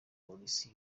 police